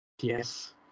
Yes